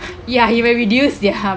ya it will reduce their